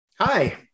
Hi